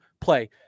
play